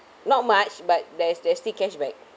not much but there is there's still cashback